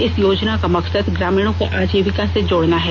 इस योजना का मकसद ग्रामीणों को आजीविका से जोड़ना है